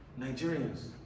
Nigerians